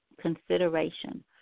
consideration